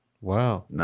Wow